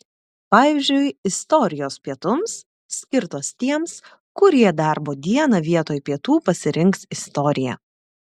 pavyzdžiui istorijos pietums skirtos tiems kurie darbo dieną vietoj pietų pasirinks istoriją